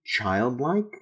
childlike